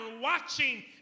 watching